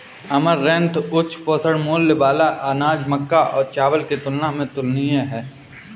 amaranth उच्च पोषण मूल्य वाला अनाज मक्का और चावल की तुलना में तुलनीय है